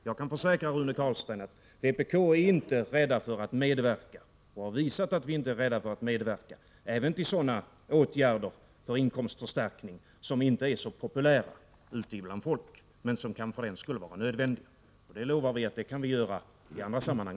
Jag kan försäkra Rune Carlstein att vi från vpk inte är rädda för att medverka — det 143 har vi också visat — även till sådana åtgärder för inkomstförstärkning som inte är så populära bland folket men som trots detta är nödvändiga. Det kan vi göra även i andra sammanhang.